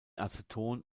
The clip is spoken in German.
aceton